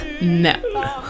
No